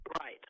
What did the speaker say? right